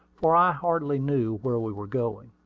for i hardly knew where we were going.